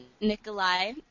Nikolai